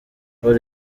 paul